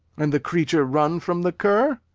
and the creature run from the cur?